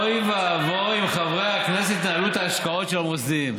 אוי ואבוי אם חברי הכנסת ינהלו את ההשקעות של המוסדיים.